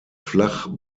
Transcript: flach